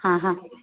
હા હા